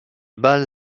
bal